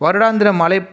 வருடாந்திர மழைப்